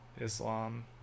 Islam